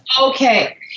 Okay